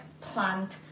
plant